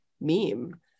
meme